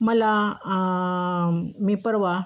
मला मी परवा